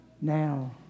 now